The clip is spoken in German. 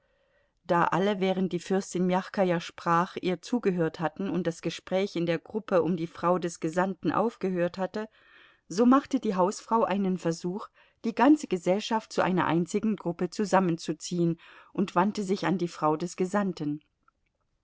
da alle während die fürstin mjachkaja sprach ihr zugehört hatten und das gespräch in der gruppe um die frau des gesandten aufgehört hatte so machte die hausfrau einen versuch die ganze gesellschaft zu einer einzigen gruppe zusammenzuziehen und wandte sich an die frau des gesandten